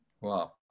Wow